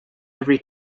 every